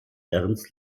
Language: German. ernst